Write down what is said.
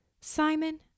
Simon